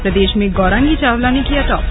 प्रदेश में गौरांगी चावला ने किया टॉप